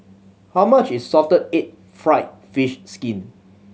how much is salted egg fried fish skin